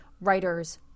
writers